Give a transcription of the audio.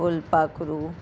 फुलपाखरू